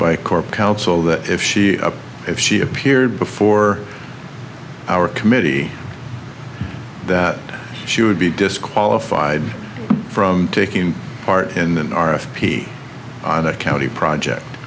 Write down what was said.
by corp counsel that if she if she appeared before our committee that she would be disqualified from taking part in an r f p on a county project